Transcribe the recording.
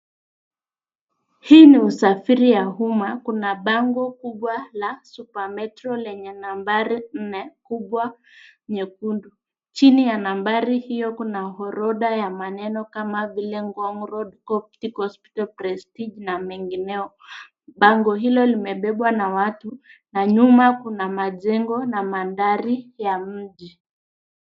Hii ni usafiri ya umma. Kuna bango kubwa la Supermetro lenye nambari nne kubwa nyekundu. Chini ya nambari hiyo kuna orodha ya maneno kama vile Ngong Road, Coptic Hospital, Prestige na mengineo. Bango hilo limebebwa na watu na nyuma kuna majengo na mandhari ya mji.